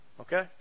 Okay